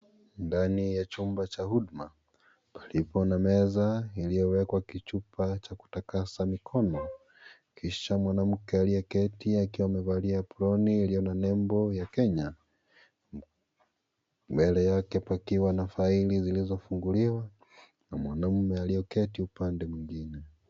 Ndani ya chumba cha huduma, palipo na meza iliyo wekwa kichupa cha kuegeza mkono. kisha mwanamke aliyeketi akiwa amevalia aproni iliyo na nembo ya Kenya. Mbele yake pakiwa na faili iliyofunguliwa na mwanaume aliyeketi upande mwingine.